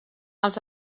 els